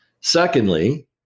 Secondly